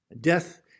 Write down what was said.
Death